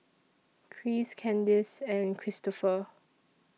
Christ Kandace and Cristofer